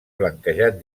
blanquejat